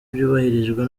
byubahirijwe